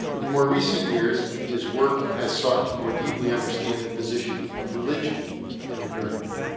in more recent years, his work has sought to more deeply understand the position of religion in modernity.